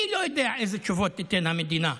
אני לא יודע איזה תשובות תיתן המדינה.